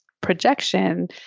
projection